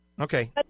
Okay